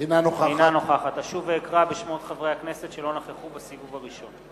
אינה נוכחת אשוב ואקרא בשמות חברי הכנסת שלא נכחו בסיבוב הראשון.